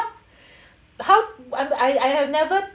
how mm I I have never